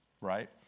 right